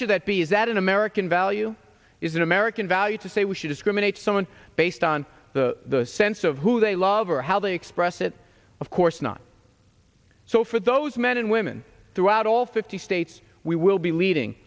should that be is that an american value is an american value to say we should scrimmage someone based on the sense of who they love or how they express it of course not so for those men and women throughout all fifty states we will be leading